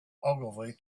ogilvy